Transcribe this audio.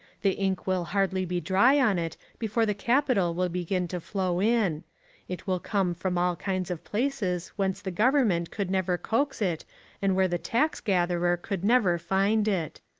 the ink will hardly be dry on it before the capital will begin to flow in it will come from all kinds of places whence the government could never coax it and where the tax-gatherer could never find it.